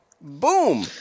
Boom